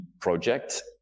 project